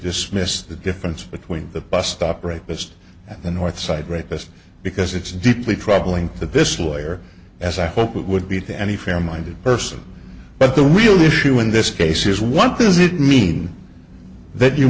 dismiss the difference between the bus stop rapist at the north side rapist because it's deeply troubling that this lawyer as i hope would be to any fair minded person but the real issue in this case is one thing is it mean that you